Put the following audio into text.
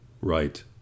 right